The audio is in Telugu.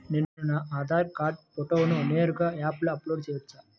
నేను నా ఆధార్ కార్డ్ ఫోటోను నేరుగా యాప్లో అప్లోడ్ చేయవచ్చా?